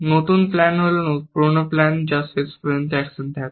নতুন প্ল্যান হল পুরোনো প্ল্যান যার শেষ পর্যন্ত অ্যাকশন থাকে